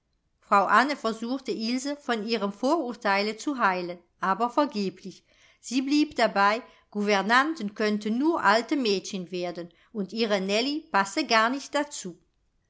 frau anne versuchte ilse von ihrem vorurteile zu heilen aber vergeblich sie blieb dabei gouvernanten könnten nur alte mädchen werden und ihre nellie passe gar nicht dazu